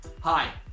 Hi